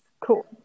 cool